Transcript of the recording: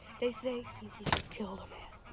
they say he's even killed a man.